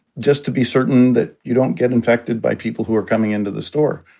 just to be certain that you don't get infected by people who are coming into the store.